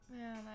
Man